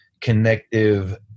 connective